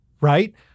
Right